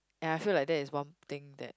and I feel like that is one thing that